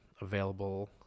available